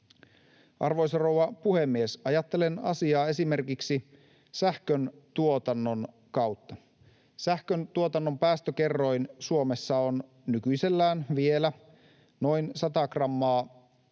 Arvoisa rouva puhemies! Ajattelen asiaa esimerkiksi sähköntuotannon kautta. Sähköntuotannon päästökerroin Suomessa on nykyisellään vielä noin 100 grammaa